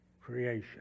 creation